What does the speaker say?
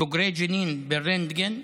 בוגרי ג'נין ברנטגן,